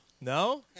No